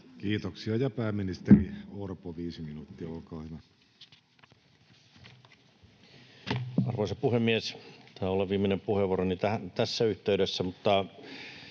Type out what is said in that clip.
Kiitoksia. — Ja pääministeri Orpo, viisi minuuttia, olkaa hyvä. Arvoisa puhemies! Taitaa olla viimeinen puheenvuoroni tässä yhteydessä,